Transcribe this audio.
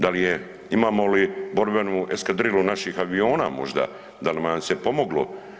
Da li je, imamo li borbenu eskadrilu naših aviona možda da bi nam se pomoglo?